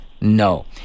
no